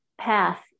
path